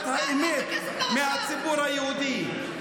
התקשורת משתפת פעולה עם הגישה הזו של הסתרת האמת מהציבור היהודי.